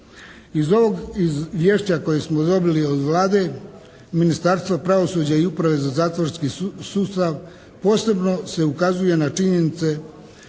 Iz ovog, iz izvješća koje smo dobili od Vlade, Ministarstva pravosuđa i Uprave za zatvorski sustav posebno se ukazuje na činjenice